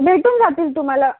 भेटून जातील तुम्हाला